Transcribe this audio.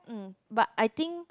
mm but I think